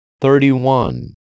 Thirty-one